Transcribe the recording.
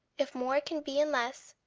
if more can be and less,